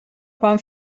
quan